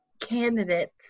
candidates